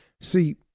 See